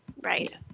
Right